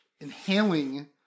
inhaling